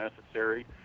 necessary